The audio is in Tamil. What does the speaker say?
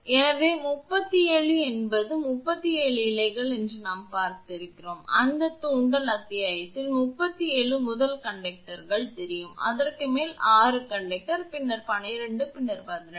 எனவே 37 என்பது 37 இழைகள் என்று நாம் பார்த்திருக்கிறோம் அந்தத் தூண்டல் அத்தியாயத்தில் 37 முதல் கண்டக்டர்கள் தெரியும் அதற்கு மேல் 6 கண்டக்டர் பின்னர் 12 பிறகு 18